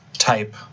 type